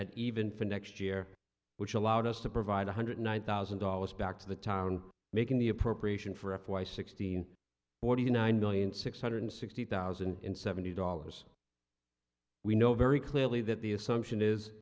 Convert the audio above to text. that even for next year which allowed us to provide one hundred nine thousand dollars back to the town making the appropriation for f y sixteen forty nine million six hundred sixty thousand and seventy dollars we know very clearly that the assumption is